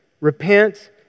Repent